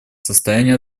состоянии